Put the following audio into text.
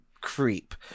creep